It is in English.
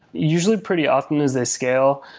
usually pretty often as they scale.